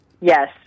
Yes